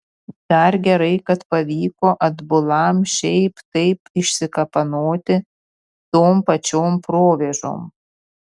dar gerai kad pavyko atbulam šiaip taip išsikapanoti tom pačiom provėžom